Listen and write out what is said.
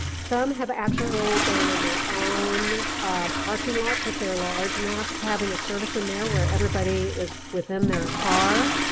some have actually been in their own parking lots, if they are large enough, having a service in there where everybody is within their car.